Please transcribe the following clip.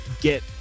get